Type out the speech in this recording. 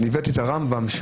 הבאתי את הרמב"ם,